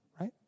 right